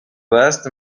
best